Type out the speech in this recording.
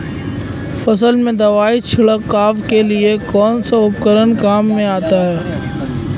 फसल में दवाई छिड़काव के लिए कौनसा उपकरण काम में आता है?